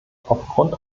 aufgrund